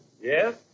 Yes